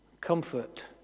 comfort